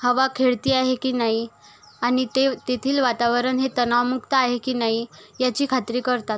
हवा खेळती आहे की नाही आणि ते तेथील वातावरण हे तणावमुक्त आहे की नाही याची खात्री करतात